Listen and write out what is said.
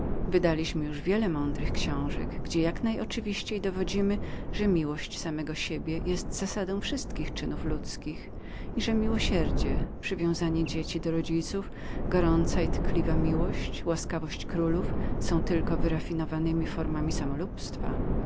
wydaliśmy już wiele mądrych książek gdzie jak najoczywiściej dowodzimy że miłość samego siebie jest zasadą wszystkich czynów ludzkich i że łagodna litość przywiązanie dzieci do rodziców namiętna i tkliwa miłość łaskawość w królach są tylko